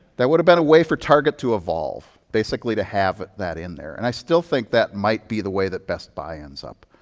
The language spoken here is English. that would have been a way for target to evolve, basically, to have that in there. and i still think that might be the way that best buy ends up.